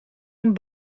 een